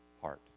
heart